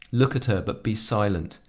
look at her, but be silent.